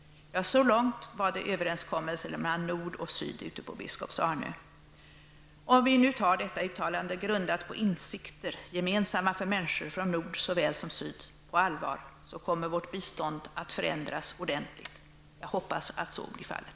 Så långt överenskommelsen mellan nord och syd ute på Biskops-Arnö. Om vi tar detta uttalande, grundat på insikter gemensamma för människor från nord såväl som syd, på allvar, kommer vårt bistånd att förändras ordentligt. Jag hoppas att så blir fallet.